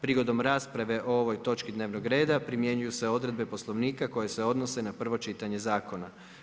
Prigodom rasprave o ovoj točki dnevnog reda primjenjuju se odredbe Poslovnika koje se odnose na prvo čitanje zakona.